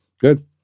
Good